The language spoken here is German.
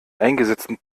eingesetzten